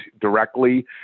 directly